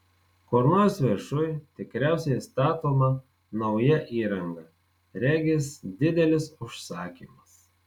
kur nors viršuj tikriausiai statoma nauja įranga regis didelis užsakymas